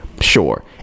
sure